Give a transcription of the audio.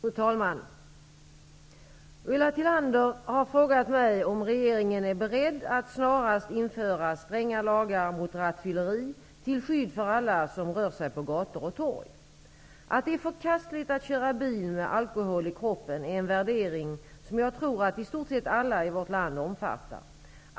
Fru talman! Ulla Tillander har frågat mig om regeringen är beredd att snarast införa stränga lagar mot rattfylleri till skydd för alla som rör sig på gator och torg. Att det är förkastligt att köra bil med alkohol i kroppen är en värdering som jag tror att i stort sett alla i vårt land omfattar.